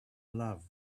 love